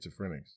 schizophrenics